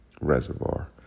reservoir